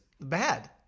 bad